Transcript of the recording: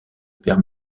paires